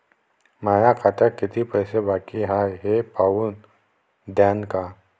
माया खात्यात कितीक पैसे बाकी हाय हे पाहून द्यान का?